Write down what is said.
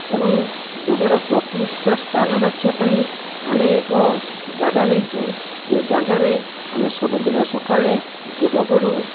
ଏବଂ ଯୋଗର ପ୍ରକୃଷ୍ଠ ସ୍ଥାନ ବାଛିବା ପାଇଁ ଆମେ ଏକ ଜାଗା ନେଇଛୁ ଯେଉଁ ଜାଗାରେ ଆମେ ସବୁଦିନ ସକାଳେ ଆମେ ଯୋଗ କରୁ